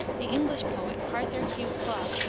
the english poet, arthur hugh clough,